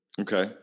Okay